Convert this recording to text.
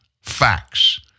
Facts